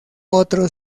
otro